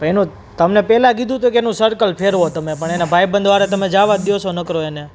એનું તમને પહેલાં કીધું હતું કે એનું સર્કલ ફેરવો તમે પણ એના ભાઈબંધો હારે તમે જવા જ દ્યો છો નકરો એને